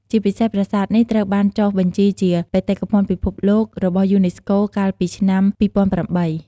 ជាពិសេសប្រាសាទនេះ ត្រូវបានចុះបញ្ជីជា បេតិកភណ្ឌពិភពលោករបស់យូណេស្កូ កាលពីឆ្នាំ ២០០៨។